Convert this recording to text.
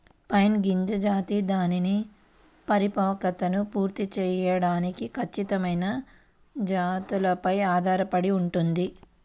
pine గింజ జాతి దాని పరిపక్వతను పూర్తి చేయడానికి ఖచ్చితమైన జాతులపై ఆధారపడి ఉంటుంది